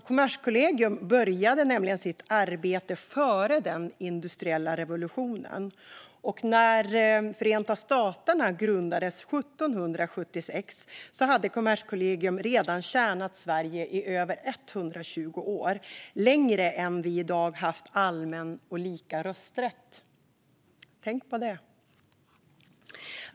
Kommerskollegium började sitt arbete före den industriella revolutionen, och när Förenta staterna grundades 1776 hade Kommerskollegium redan tjänat Sverige i över 120 år. Det är längre än vi i dag har haft allmän och lika rösträtt. Tänk på det!